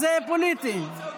זה פוליטי.